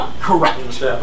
correct